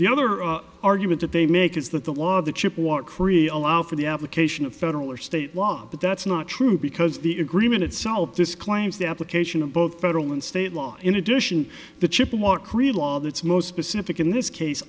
the other argument that they make is that the law the chip warcry allow for the application of federal or state law but that's not true because the agreement itself this claims the application of both federal and state law in addition the chippewa korean law that's most specific in this case